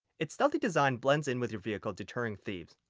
it's stealthy design blends in with your vehicle, deterring thieves.